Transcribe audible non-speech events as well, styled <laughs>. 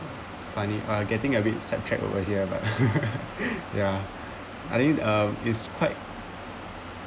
funny but getting a bit sad trap over here but <laughs> ya I think uh it's quite